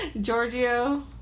Giorgio